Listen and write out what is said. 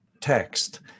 text